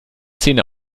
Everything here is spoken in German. zähne